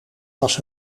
was